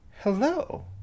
Hello